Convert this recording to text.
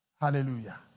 Hallelujah